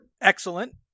Excellent